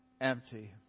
empty